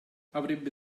avrebbe